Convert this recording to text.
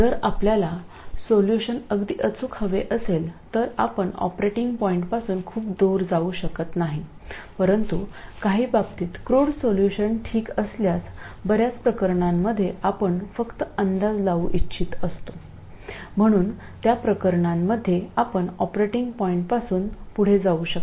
जर आपल्याला सोल्यूशन अगदी अचूक हवे असेल तर आपण ऑपरेटिंग पॉईंटपासून खूप दूर जाऊ शकत नाही परंतु काही बाबतीत क्रूड सोल्यूशन ठीक असल्यास बर्याच प्रकरणांमध्ये आपण फक्त अंदाज लावू इच्छित असतो म्हणून त्या प्रकरणांमध्ये आपण ऑपरेटिंग पॉईंटपासून पुढे जाऊ शकता